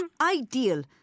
Ideal